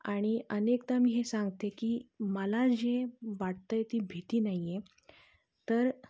आणि अनेकदा मी हे सांगते की मला जे वाटतं आहे ती भीती नाही आहे तर